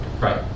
Right